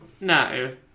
no